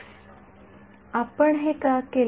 विद्यार्थी आपण हे का केले